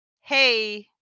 hey